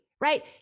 right